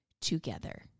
together